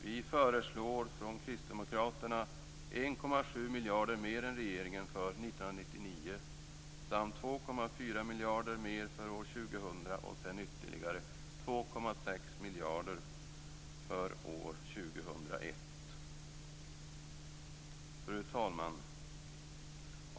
Vi från Kristdemokraterna föreslår 1,7 miljarder mer än regeringen för 1999, 2,4 miljarder mer för år 2000 och sedan ytterligare 2,6 miljarder för år 2001. Fru talman!